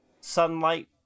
sunlight